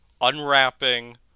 unwrapping